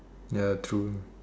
the true